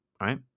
Right